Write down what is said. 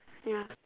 ya